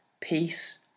peace